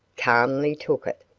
calmly took it.